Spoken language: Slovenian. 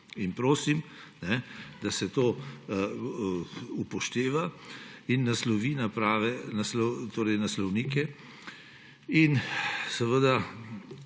in prosim, da se to upošteva in naslovi na prave naslovnike in seveda